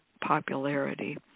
popularity